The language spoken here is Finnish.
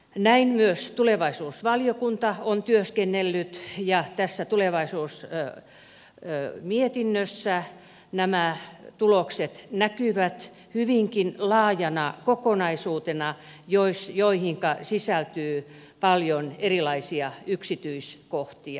näin myös tulevaisuusvaliokunta on työskennellyt ja tässä tulevaisuusmietinnössä nämä tulokset näkyvät hyvinkin laajana kokonaisuutena johonka sisältyy paljon erilaisia yksityiskohtia